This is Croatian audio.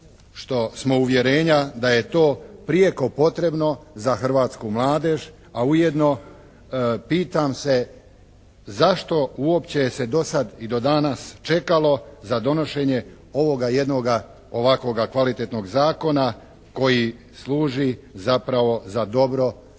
što smo uvjerenja da je to prijeko potrebno za hrvatsku mladež a ujedno pitam se zašto uopće se do sad i do danas čekalo za donošenje ovoga jednoga ovakvoga kvalitetnoga zakona koji služi zapravo za dobro naše